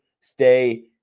stay